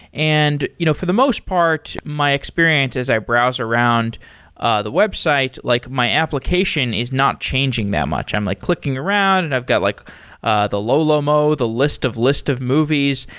and you know for the most part my experience as i browse around ah the website, like my application is not changing that much. i'm like clicking around and i've got like ah low low mode, the list of list of movies,